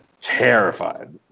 terrified